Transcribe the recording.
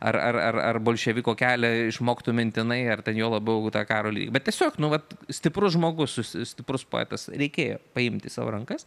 ar ar ar bolševiko kelią išmoktų mintinai ar ten juo labiau tą karolį bet tiesiog nu vat stiprus žmogus stiprus poetas reikėjo paimti į savo rankas